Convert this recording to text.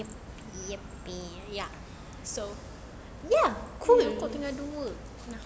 ya ya ya so ya cool